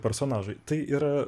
personažą tai yra